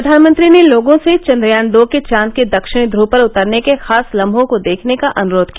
प्रधानमंत्री ने लोगों से चंद्रयान दो के चांद के दक्षिणी ध्रव पर उतरने के खास लम्हों को देखने का अनुरोध किया